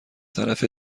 طرف